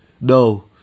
No